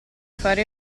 fare